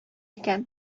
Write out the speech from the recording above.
икән